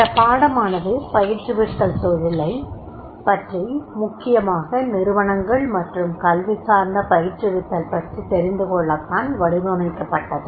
இந்தப் பாடமானது பயிற்றுவித்தல் தொழிலை ப்பற்றி முக்கியமாக நிறுவனங்கள் மற்றும் கல்விசார்ந்த பயிற்றுவித்தல் பற்றித் தெரிந்துகொள்ளத்தான் வடிவமைக்கப்பட்டது